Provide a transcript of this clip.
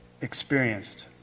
experienced